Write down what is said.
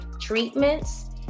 treatments